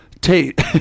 Tate